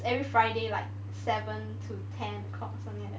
it's every Friday like seven to ten o'clock something like that